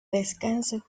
descanso